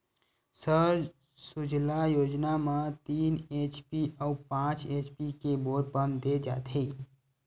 सौर सूजला योजना म तीन एच.पी अउ पाँच एच.पी के बोर पंप दे जाथेय